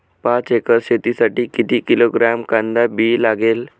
पाच एकर शेतासाठी किती किलोग्रॅम कांदा बी लागेल?